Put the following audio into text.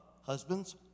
Husbands